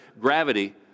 gravity